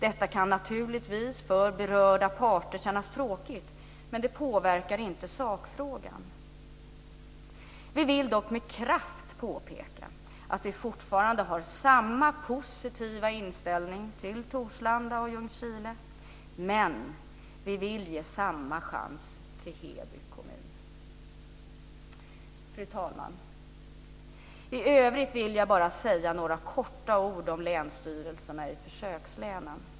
Detta kan naturligtvis kännas tråkigt för berörda parter, men det påverkar inte sakfrågan. Vi vill dock med kraft påpeka att vi fortfarande har samma positiva inställning till Torslanda och Ljungskile, men vi vill ge samma chans till Heby kommun. Fru talman! I övrigt vill jag bara säga några korta ord om länsstyrelserna i försökslänen.